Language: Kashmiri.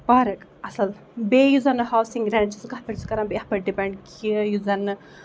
پارَک اَصٕل بیٚیہِ یُس زَن ہوسِنگ رینٹ چھِ سُہ کَتھ پٮ۪ٹھ سُہ کران بیٚیہِ یَتھ پٮ۪ٹھ ڈِپینڈ کہِ یُس زَنہٕ